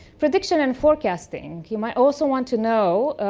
prediction and forecasting. you might also want to know,